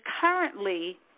currently